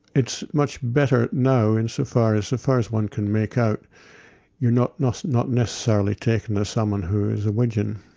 it's much better now in so far as far as one can make out you're not not necessarily taken as someone who is a whingen.